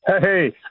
Hey